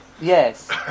Yes